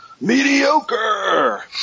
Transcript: Mediocre